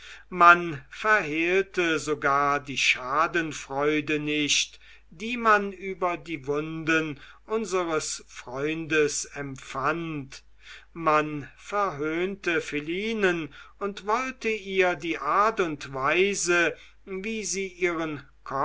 man verhehlte sogar die schadenfreude nicht die man über die wunden unseres freundes empfand man verhöhnte philinen und wollte ihr die art und weise wie sie ihren